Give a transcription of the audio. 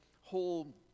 whole